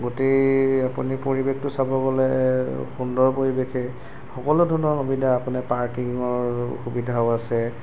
গোটেই আপুনি পৰিৱেশটো চাবগ'লে সুন্দৰ পৰিৱেশেই সকলো ধৰণৰ সুবিধা আপুনি পাৰ্কিঙৰ সুবিধাও আছে